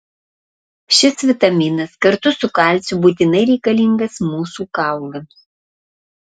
šis vitaminas kartu su kalciu būtinai reikalingas mūsų kaulams